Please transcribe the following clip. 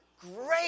great